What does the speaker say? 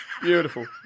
Beautiful